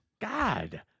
God